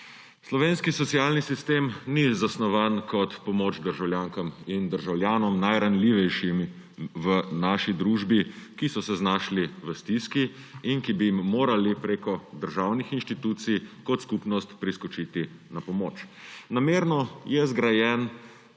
Slovenski socialni sistem ni zasnovan kot pomoč državljankam in državljanom, najranljivejšim v naši družbi, ki so se znašli v stiski in ki bi jim morali preko državnih institucij kot skupnost priskočiti na pomoč. Namerno je zgrajen